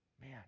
man